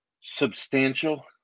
Substantial